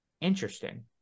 interesting